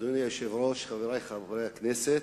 אדוני היושב-ראש, חברי חברי הכנסת,